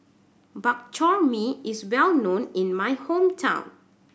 Bak Chor Mee is well known in my hometown